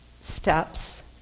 steps